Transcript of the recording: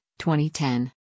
2010